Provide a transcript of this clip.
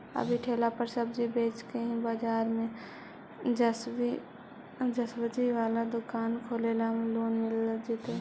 अभी ठेला पर सब्जी बेच ही का बाजार में ज्सबजी बाला दुकान खोले ल लोन मिल जईतै?